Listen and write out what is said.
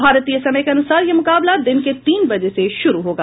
भारतीय समय के अनुसार यह मुकाबला दिन के तीन बजे से शुरू होगा